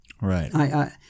Right